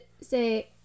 say